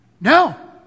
No